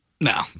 No